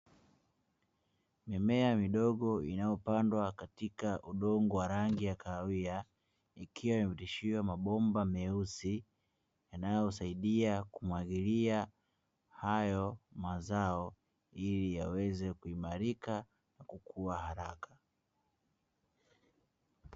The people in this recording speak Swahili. Mimea midogo inayopandwa katika udongo wa rangi ya kahawia, ikiwa imepitishiwa mabomba meusi yanayosaidia kumwagilia mazao hayo, ili yaweze kuimarika na kukuza haraka.